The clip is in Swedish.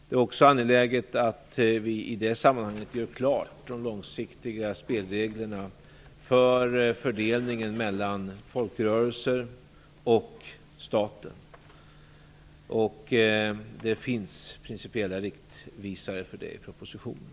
Det är också angeläget att vi i det sammanhanget klargör de långsiktiga spelreglerna för fördelningen mellan folkrörelser och staten. Det finns principiella riktningsvisare för det i propositionen.